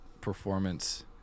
performance